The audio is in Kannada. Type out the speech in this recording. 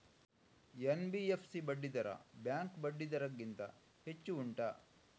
ಎನ್.ಬಿ.ಎಫ್.ಸಿ ಬಡ್ಡಿ ದರ ಬ್ಯಾಂಕ್ ಬಡ್ಡಿ ದರ ಗಿಂತ ಹೆಚ್ಚು ಉಂಟಾ